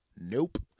Nope